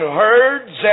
herds